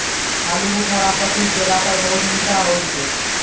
आलू बुखारा पकी गेला पर बहुत मीठा होय छै